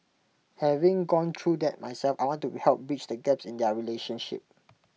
having gone through that myself I want to help bridge the gaps in their relationship